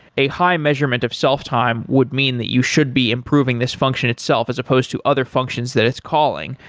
a high measurement of self-time would mean that you should be improving this function itself as supposed to other functions that it's calling.